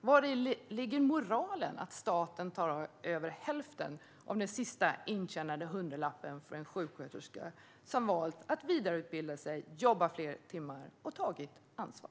Vari ligger moralen att staten tar över hälften av den sista intjänade hundralappen för en sjuksköterska som valt att vidareutbilda sig, jobba fler timmar och tagit ansvar?